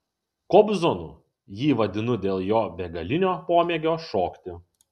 kobzonu jį vadinu dėl jo begalinio pomėgio šokti